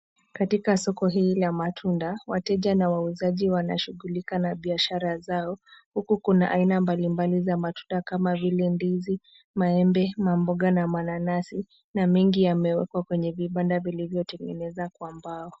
Katika soko hili la matunda wateja na wauzaji wanashughulika na biashara zao huku kuna aina mbali mbali za matunda kama vile ndizi, maembe , mamboga na mananasi na mengi yamewekwa kwenye vibanda vilivyo tengenezwa kwa mbao.